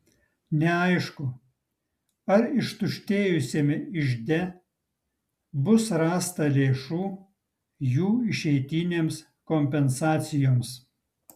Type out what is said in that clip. neaišku ar ištuštėjusiame ižde bus rasta lėšų jų išeitinėms kompensacijoms